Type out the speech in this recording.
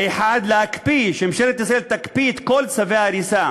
האחד, שממשלת ישראל תקפיא את כל צווי ההריסה